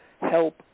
help